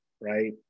right